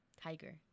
Tiger